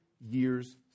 years